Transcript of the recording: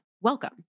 welcome